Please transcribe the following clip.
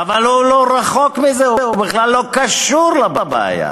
אבל הוא רחוק מזה, הוא בכלל לא קשור לבעיה.